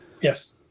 Yes